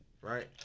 right